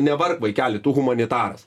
nevark vaikeli tu humanitaras